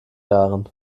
jahren